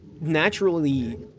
naturally